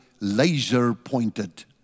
laser-pointed